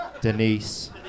Denise